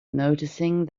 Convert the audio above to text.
noticing